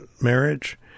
marriage